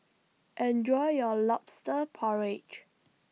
Enjoy your Lobster Porridge